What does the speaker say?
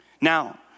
Now